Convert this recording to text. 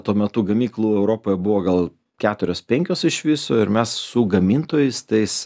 tuo metu gamyklų europoje buvo gal keturios penkios iš viso ir mes su gamintojais tais